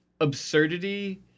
absurdity